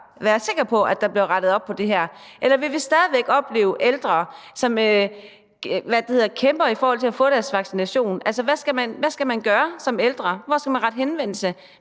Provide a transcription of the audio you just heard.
være sikre på, at der bliver rettet op på det her, eller vil vi stadig væk opleve ældre, som kæmper i forhold til at få deres vaccination? Altså, hvad skal man gøre som ældre? Hvor skal man rette henvendelse